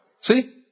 see